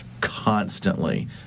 constantly